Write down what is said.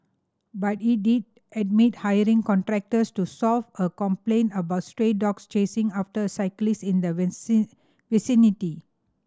but it did admit hiring contractors to solve a complaint about stray dogs chasing after cyclists in the vicinity